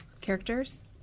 characters